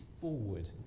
forward